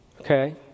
okay